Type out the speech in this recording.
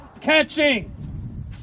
catching